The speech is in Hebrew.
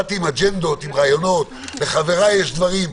באתי עם אג'נדות, עם רעיונות, לחבריי יש דברים.